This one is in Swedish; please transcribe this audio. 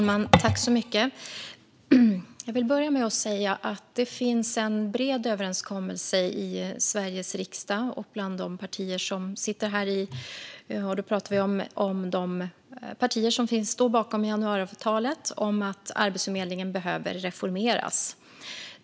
Fru talman! Jag vill börja med att säga att det finns en bred överenskommelse i Sveriges riksdag och bland de partier som sitter här - jag talar om de partier som står bakom januariavtalet - om att Arbetsförmedlingen behöver reformeras.